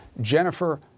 Jennifer